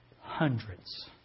hundreds